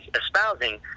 espousing